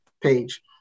page